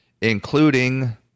including